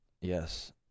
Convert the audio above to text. yes